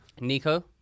Nico